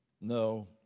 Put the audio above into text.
No